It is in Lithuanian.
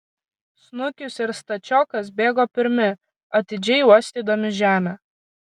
snukius ir stačiokas bėgo pirmi atidžiai uostydami žemę